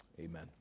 Amen